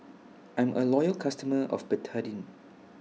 I'm A Loyal customer of Betadine